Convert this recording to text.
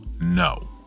no